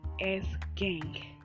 S-Gang